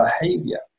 behavior